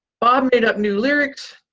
bob made up new lyrics,